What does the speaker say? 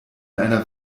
einer